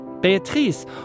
Beatrice